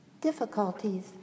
Difficulties